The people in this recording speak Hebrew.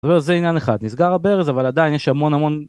זה עניין אחד נסגר הברז אבל עדיין יש המון המון.